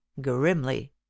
grimly